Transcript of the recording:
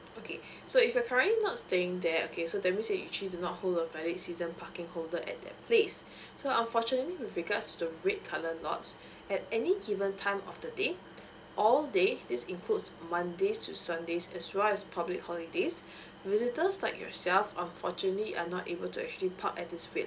okay so if you're currently not staying there okay so that means you're she do not hold a valid season parking holder at that place so unfortunately with regards to the red colour lots at any given time of the day all day this includes monday to sunday as well as public holidays visitors like yourself unfortunately are not able to actually park at this red